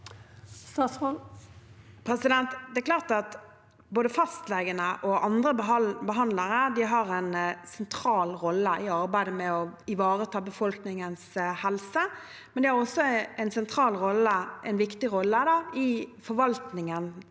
Det er klart at både fastlegene og andre behandlere har en sentral rolle i arbeidet med å ivareta befolkningens helse, men de har også en sentral og viktig rolle i forvaltningen